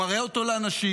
הוא מראה אותו לאנשים.